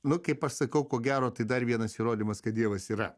nu kaip aš sakau ko gero tai dar vienas įrodymas kad dievas yra